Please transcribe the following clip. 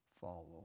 follow